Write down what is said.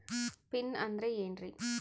Pin ಅಂದ್ರೆ ಏನ್ರಿ?